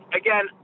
again